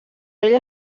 ella